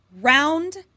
round